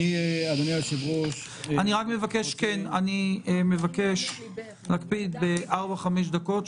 אדוני היושב-ראש --- אני מבקש להקפיד על ארבע-חמש דקות,